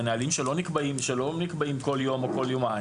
אלה נהלים שלא נקבעים כל יום או כל יומיים